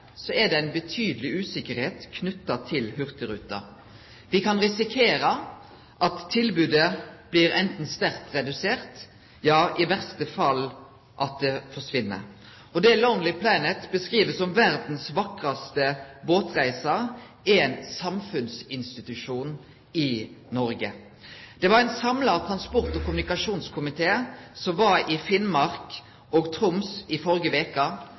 er det ei betydeleg usikkerheit knytt til hurtigruta. Me kan risikere at tilbodet blir sterkt redusert, eller i verste fall at det forsvinn. Det som «Lonely Planet» beskriv som «verdens vakreste båtreise», er ein samfunnsinstitusjon i Noreg. Det var ein samla transport- og kommunikasjonskomité som var i Finnmark og Troms i